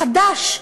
חדש,